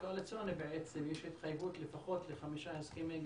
הקואליציוני יש התחייבות לפחות לחמישה הסכמי גג.